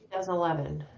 2011